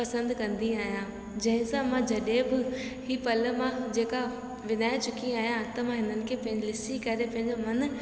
पसंदि कंदी आहियां जंहिंसां मां जॾहिं बि हीअ पल मां जेका विञाए चुकी आहियां त मां हिननि खे ॾिसी करे पंहिंजो मनु